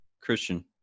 christian